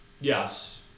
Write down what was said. Yes